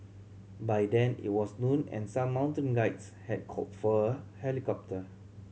by then it was noon and some mountain guides had called for a helicopter